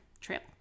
trip